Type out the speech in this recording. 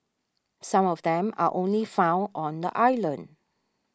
some of them are only found on the island